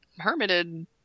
hermited